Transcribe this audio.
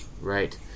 Right